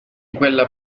quella